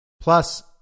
plus